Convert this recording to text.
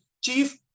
chief